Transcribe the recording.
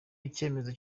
icyemezo